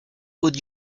would